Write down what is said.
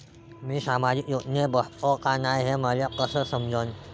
मी सामाजिक योजनेत बसतो का नाय, हे मले कस समजन?